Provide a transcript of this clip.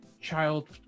child